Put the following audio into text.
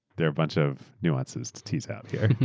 they're a bunch of nuances to tease out here.